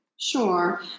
Sure